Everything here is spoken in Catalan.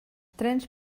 trens